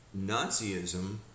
Nazism